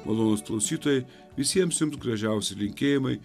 malonūs klausytojai visiems jums gražiausi linkėjimai